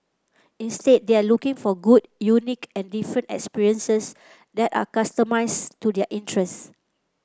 instead they are looking for good unique and different experiences that are customised to their interests